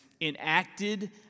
enacted